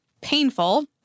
painful